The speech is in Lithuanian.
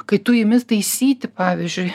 kai tu imi taisyti pavyzdžiui